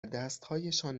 دستهایشان